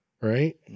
Right